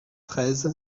treize